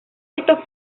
estos